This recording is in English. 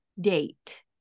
date